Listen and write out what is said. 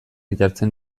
jartzen